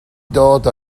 dod